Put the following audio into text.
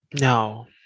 No